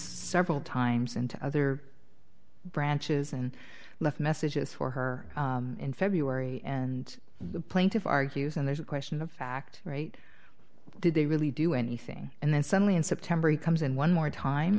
several times sent to other branches and left messages for her in february and the plaintiff argues and there's a question of fact right did they really do anything and then suddenly in september he comes in one more time